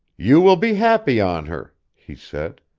you will be happy on her, he said.